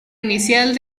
inicial